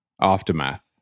aftermath